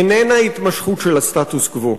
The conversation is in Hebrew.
איננה התמשכות של הסטטוס-קוו.